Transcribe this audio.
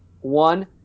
One